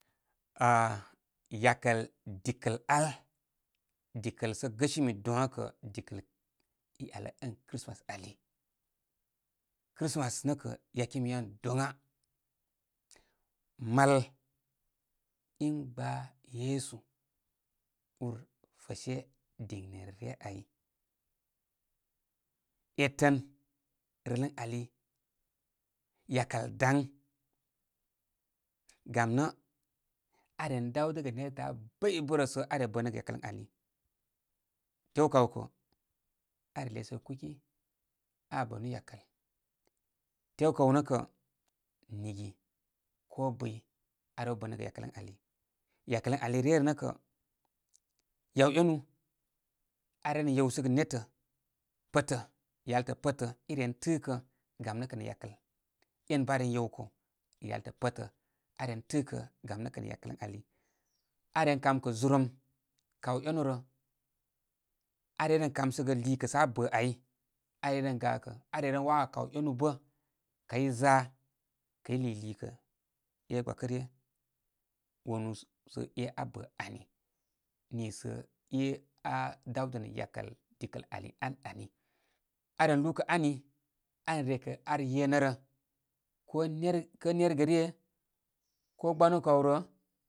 Ah yakəl dikə al. Dikəl sə gəsimi doŋa kə dikəl i yal ən khrismass ali. Chrismass nəkə yakimi yan doŋa. Mal, in gba yesu urfəshe diŋne re ryə ai. Etən, rələnali yakəl daŋ. Gam nə aaren dawdəgə netətə abəybəbərə sə aa re bənəgə yakəl ali. Tew kaw kə aa lesəgə kuki, aa bənu yakəl. Tew kaw nəkə nigi ko bɨy. Arew bənəgə yakəl ən ali. Yakəl ən ali ryə rə nə kə, yaw énu aa re ren yewsəgə nétə pətə, yaltə pətə iren tɨkə gam nə kə nə yakəl. Enbə aa ren yewkə yaltə pətə aa ren tɨkə gam nə kə nə yakəl ən ali. Aren kamkə gurəm kaw énu rə. Arey ren kamsəgə lúkə sə á bə aɨ aa ren gakə. Are ren wákə kaw enu bə kəy za kəy lii liikə é gbakəryə. Wanúú so é aa bə ani. Nisə éaa dawdənə yakəl dikə ali al ani. Aren lúúkə ani, are rekə ar yenərə ko ner, kə nergə ryə, ko gbanu kaw rə.